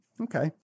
Okay